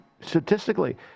statistically